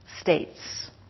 states